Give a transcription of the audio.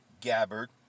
Gabbard